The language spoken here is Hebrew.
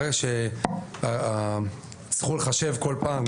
אבל ברגע שיצטרכו לחשב כל פעם.